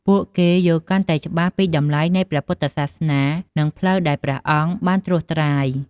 ពួកគេយល់កាន់តែច្បាស់ពីតម្លៃនៃព្រះពុទ្ធសាសនា និងផ្លូវដែលព្រះអង្គបានត្រួសត្រាយ។